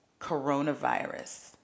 coronavirus